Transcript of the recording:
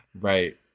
Right